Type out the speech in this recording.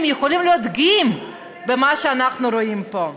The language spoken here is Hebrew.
יכולים להיות גאים במה שאנחנו רואים פה.